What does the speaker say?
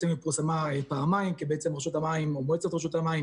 היא פורסמה פעמיים כי רשות המים או מועצת רשות המים